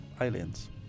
aliens